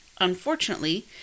Unfortunately